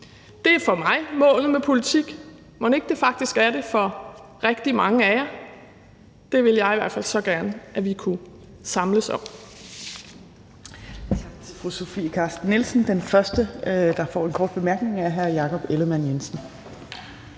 Det er for mig målet med politik. Mon ikke det faktisk er det for rigtig mange af jer. Det ville jeg i hvert fald så gerne have at vi kunne samles om.